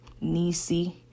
Nisi